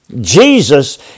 Jesus